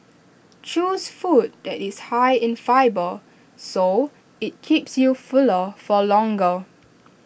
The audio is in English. choose food that is high in fibre so IT keeps you fuller for longer